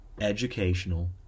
educational